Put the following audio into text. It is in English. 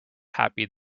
happy